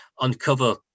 uncover